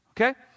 okay